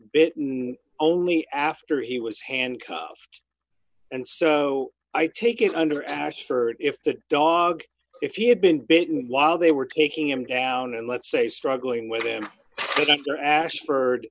bitten only after he was handcuffed and so i take it under x for if that dog if he had been bitten while they were taking him down and let's say struggling with him after ashford